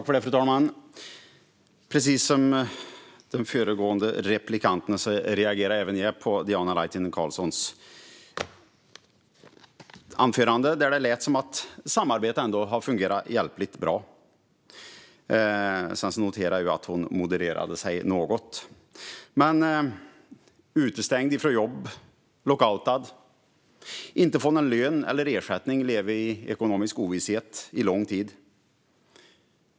Fru talman! Precis som föregående replikör reagerade jag på Diana Laitinen Carlssons anförande, där det lät som att samarbetet har fungerat hjälpligt. Jag noterar att hon sedan modererade det något. Man blir utestängd från jobb, lockoutad. Man får ingen lön eller ersättning och måste leva i ekonomisk ovisshet under lång tid.